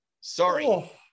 Sorry